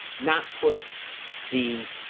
not put the